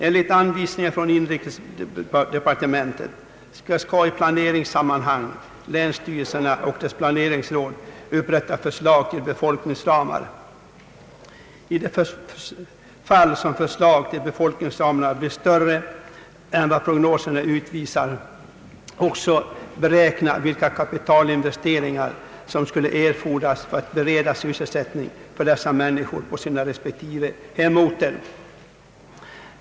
Enligt anvisningar från inrikesdepartementet skall i planeringssammanhang länsstyrelserna och deras planeringsråd upprätta förslag till befolkningsramar, och i de fall som förslagen till befolkningsramarna blir större än vad prognoserna utvisar också beräkna vilka kapitalinvesteringar som skulle erfordras för att bereda sysselsättning för dessa människor på deras respektive hemorter.